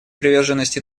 приверженность